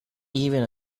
even